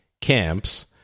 camps